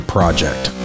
Project